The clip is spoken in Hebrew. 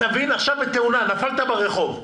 בתאונה נפלתי ברחוב.